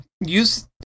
use